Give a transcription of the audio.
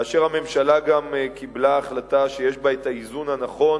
כאשר הממשלה גם קיבלה החלטה שיש בה האיזון הנכון